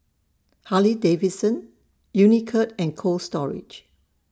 Harley Davidson Unicurd and Cold Storage